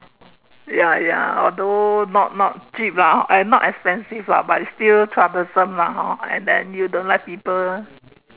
ya ya although not not cheap lah and not expensive lah but it's still troublesome lah hor and then you don't like people